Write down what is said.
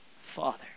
Father